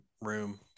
room